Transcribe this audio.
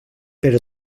però